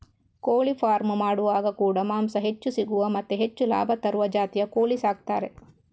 ಕೋಳಿ ಫಾರ್ಮ್ ಮಾಡುವಾಗ ಕೂಡಾ ಮಾಂಸ ಹೆಚ್ಚು ಸಿಗುವ ಮತ್ತೆ ಹೆಚ್ಚು ಲಾಭ ಬರುವ ಜಾತಿಯ ಕೋಳಿ ಸಾಕ್ತಾರೆ